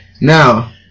Now